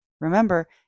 Remember